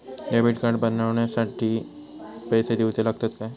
Debit card बनवण्याखाती पैसे दिऊचे लागतात काय?